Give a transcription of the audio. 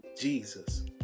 jesus